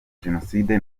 jenoside